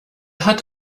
hat